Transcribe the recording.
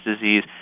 disease